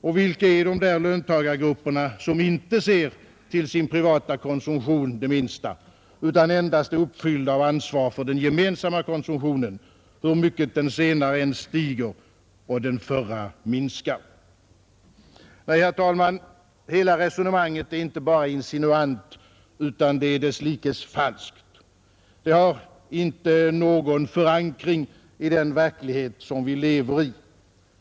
Och vilka är de där löntagargrupperna, som inte det minsta ser till sin privata konsumtion utan endast är uppfyllda av ansvar för den gemensamma konsumtionen, hur mycket den senare än stiger och den förra minskar? Nej, herr talman, hela resonemanget är inte bara insinuant utan desslikes falskt. Det har inte någon förankring i den verklighet som vi lever i.